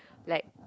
like